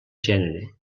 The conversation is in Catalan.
gènere